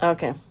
Okay